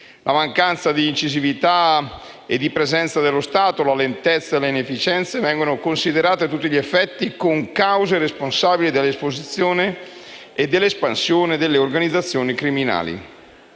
La mancanza di incisività e presenza dello Stato, la lentezza e le inefficienze vengono considerate, a tutti gli effetti, concause responsabili dell'esposizione e dell'espansione delle organizzazioni criminali.